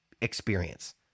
experience